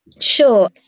Sure